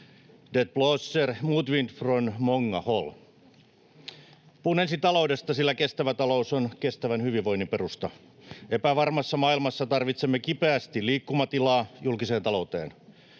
Det blåser motvind från många håll. Puhun ensin taloudesta, sillä kestävä talous on kestävän hyvinvoinnin perusta. Epävarmassa maailmassa tarvitsemme kipeästi liikkumatilaa julkiseen talouteen.